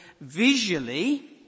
visually